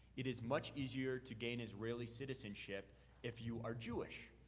it is much easier to gain israeli citizenship if you are jewish.